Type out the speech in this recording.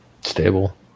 stable